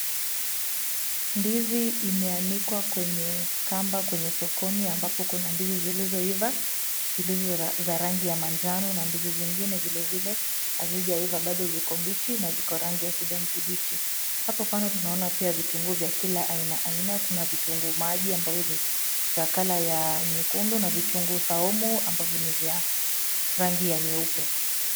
Ndizi imeanikwa kwenye kamba kwenye sokoni ambapo kuna ndizi zilizoiva Zilizo za rangi ya manjano na ndizi zingine vile vile hazijaiva bado ziko mbichi na ziko rangi ya kijani kibichi. Hapo kando tunaona pia vitunguu vya kila aina aina. Kuna vitunguu maji ambayo ni vya kala ya nyekundu na vitunguu saumu ambavyo ni vya rangi ya nyeupe.